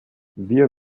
wir